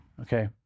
okay